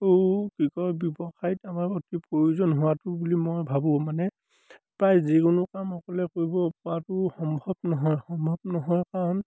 আৰু কিবা ব্যৱসায়ত আমাৰ অতি প্ৰয়োজন হোৱাটো বুলি মই ভাবোঁ মানে প্ৰায় যিকোনো কাম সকলোৱে কৰিব পৰাটোও সম্ভৱ নহয় সম্ভৱ নহয় কাৰণ